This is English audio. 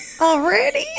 Already